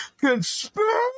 Conspiracy